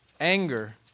anger